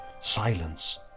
Silence